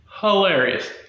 hilarious